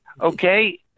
Okay